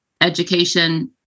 education